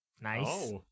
Nice